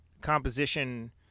composition